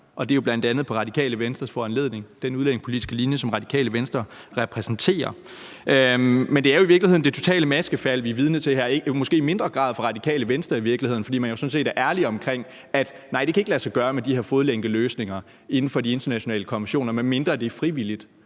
og det er jo bl.a. på Radikale Venstres foranledning, på grund af den udlændingepolitiske linje, som Radikale Venstre repræsenterer. Men det er jo i virkeligheden det totale maskefald, vi er vidne til her, eller måske i mindre grad i forhold til Radikale Venstre, fordi man jo sådan set er ærlig, når man siger: Nej, det kan ikke lade sig gøre med de her fodlænkeløsninger inden for de internationale konventioner, medmindre det er frivilligt.